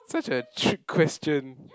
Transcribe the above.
such a trick question